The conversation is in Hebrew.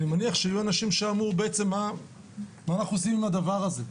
אני מניח שהיו אנשים שאמרו בעצם מה אנחנו עושים עם הדבר הזה.